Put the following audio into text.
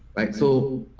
like so